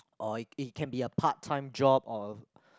or it it can be a part time job or